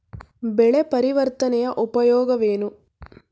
ಬೆಳೆ ಪರಿವರ್ತನೆಯ ಉಪಯೋಗವೇನು?